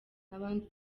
n’abandi